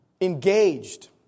engaged